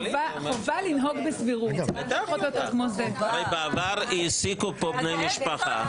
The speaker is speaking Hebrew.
--- הרי בעבר העסיקו פה בני משפחה,